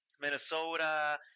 Minnesota